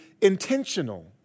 intentional